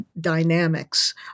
dynamics